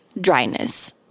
dryness